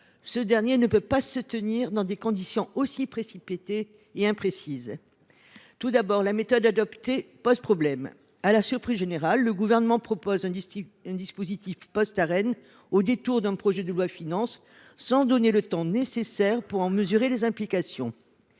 ce dernier ne peut pas se tenir dans des conditions aussi précipitées et imprécises. Tout d’abord, la méthode adoptée pose problème. À la surprise générale, le Gouvernement propose un dispositif post Arenh au détour du projet de loi de finances, sans nous donner le temps nécessaire pour en mesurer les implications.